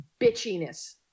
bitchiness